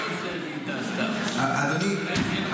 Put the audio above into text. אדוני,